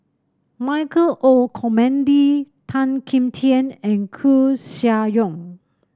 Michael Olcomendy Tan Kim Tian and Koeh Sia Yong